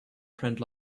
friend